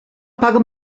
paga